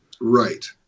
Right